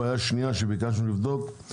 בעיה שנייה שביקשנו לבדוק היא